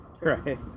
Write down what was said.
right